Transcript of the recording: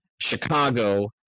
Chicago